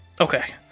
Okay